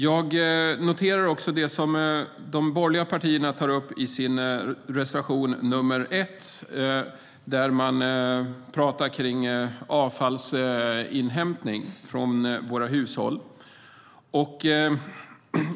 Jag noterar också det som de borgerliga partierna tar upp i reservation nr 1, där man pratar om avfallsinhämtning från våra hushåll.